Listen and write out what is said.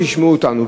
ישמעו אותנו,